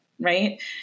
right